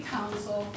Council